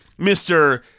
Mr